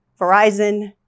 Verizon